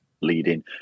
leading